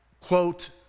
quote